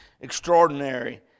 extraordinary